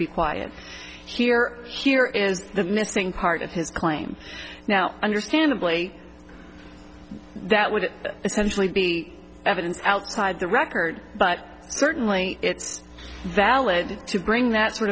be quiet here here is the missing part of his claim now understandably that would essentially be evidence outside the record but certainly it's valid to bring that sort